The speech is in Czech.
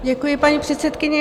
Děkuji paní předsedkyně.